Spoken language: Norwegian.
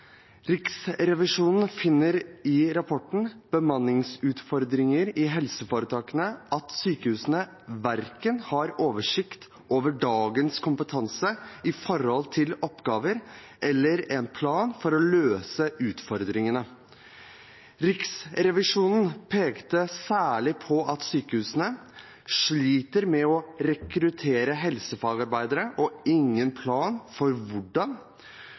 Riksrevisjonen finner i rapporten om bemanningsutfordringer i helseforetakene at sykehusene verken har oversikt over dagens kompetanse i forhold til oppgaver eller en plan for å løse utfordringene. Riksrevisjonen peker særlig på at sykehusene sliter med å rekruttere helsefagarbeidere og ikke har noen plan for hvordan.